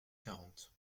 quarante